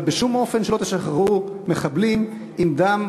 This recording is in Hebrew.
אבל בשום אופן שלא תשחררו מחבלים עם דם